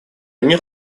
мир